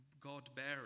God-bearer